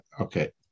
Okay